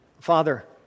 Father